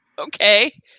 Okay